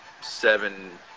seven